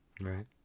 Right